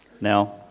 Now